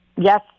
Yes